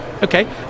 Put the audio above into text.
Okay